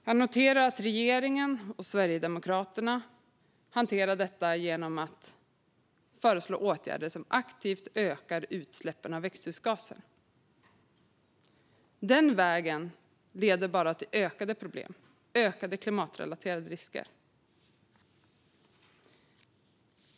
Jag noterar att regeringen och Sverigedemokraterna hanterar detta genom att föreslå åtgärder som aktivt ökar utsläppen av växthusgaser. Den vägen leder bara till ökade problem och ökade klimatrelaterade risker.